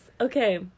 Okay